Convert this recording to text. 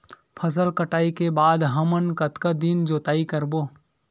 फसल कटाई के बाद हमन कतका दिन जोताई करबो?